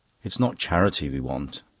it's not charity we want,